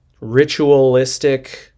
ritualistic